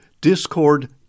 discord